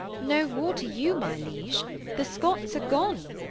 no war to you, my liege the scots are gone,